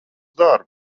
darbu